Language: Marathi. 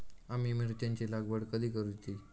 आम्ही मिरचेंची लागवड कधी करूची?